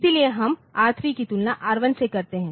इसलिए हम R3 की तुलना R1 से करते हैं